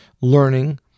learning